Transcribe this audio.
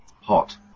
hot